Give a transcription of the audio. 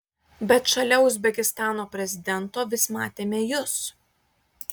bet šalia uzbekistano prezidento vis matėme jus